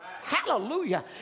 hallelujah